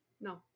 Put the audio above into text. No